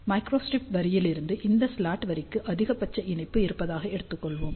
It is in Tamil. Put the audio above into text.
மைக்ரோஸ்ட்ரிப் வரியிலிருந்து இந்த ஸ்லாட் வரிக்கு அதிகபட்ச இணைப்பு இருப்பதாக எடுத்துக் கொள்வோம்